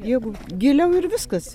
jeigu giliau ir viskas